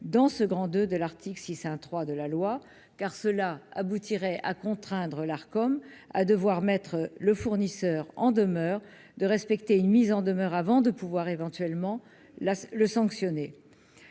dans ce grand de de l'article, si c'est un 3 de la loi, car cela aboutirait à contraindre l'Arcom à devoir mettre le fournisseur en demeure de respecter une mise en demeure, avant de pouvoir éventuellement la le sanctionner,